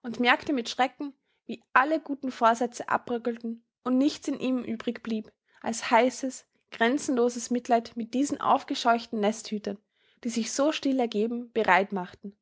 und merkte mit schrecken wie alle guten vorsätze abbröckelten und nichts in ihm übrig blieb als heißes grenzenloses mitleid mit diesen aufgescheuchten nesthütern die sich so still ergeben bereit machten